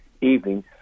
evening